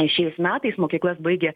šiais metais mokyklas baigia